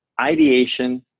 ideation